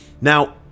Now